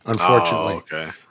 unfortunately